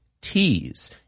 T's